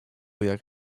jak